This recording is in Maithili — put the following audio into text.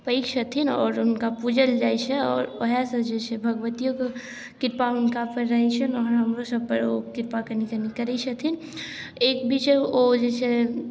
पैघ छथिन आओर हुनका पूजल जाइ छै आओर वएह सँ जे छै भगवतियोके कृपा हुनकापर रहै छनि आओर हमरो सबपर ओ कृपा कनी कनी करै छथिन एक बीचे ओ जे छै